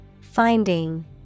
Finding